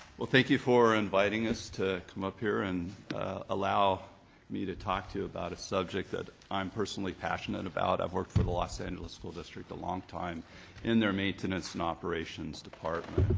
thank you for inviting us to come up here and allow me to talk to you about a subject that i'm personally passionate about. i've worked for the los angeles school district a long time in their maintenance an operations department